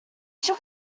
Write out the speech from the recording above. shook